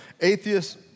Atheists